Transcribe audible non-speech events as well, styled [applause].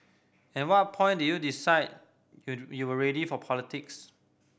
at what point did you decide [unintelligible] you were ready for politics